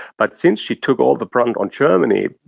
but since she took all the brunt on germany,